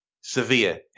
Sevilla